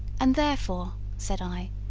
and therefore said i,